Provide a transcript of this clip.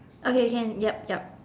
okay can ya ya